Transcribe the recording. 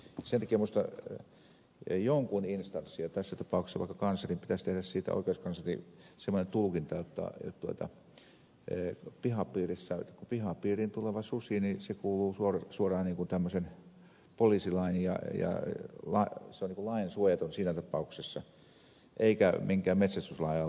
sen takia minusta jonkun instanssin ja tässä tapauksessa vaikka oikeuskanslerin pitäisi tehdä siitä semmoinen tulkinta jotta pihapiiriin tuleva susi kuuluu suoraan niin kuin tämmöisen poliisilain piiriin se on niin kuin lainsuojaton siinä tapauksessa eikä minkään metsästyslain alaisuuteen